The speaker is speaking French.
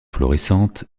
florissantes